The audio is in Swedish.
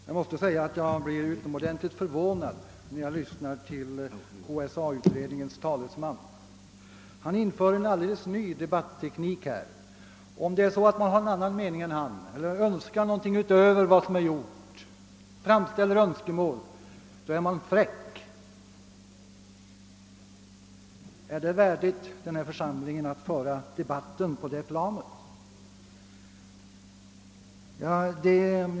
Herr talman! Jag blev utomordentligt förvånad när jag lyssnade till KSA utredningens talesman; han har infört en helt ny debatteknik. Om man har en annan mening än han eller önskar något utöver vad som är gjort är man »fräck». Är det värdigt denna församling att föra debatten på det planet?